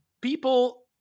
People